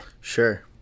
Sure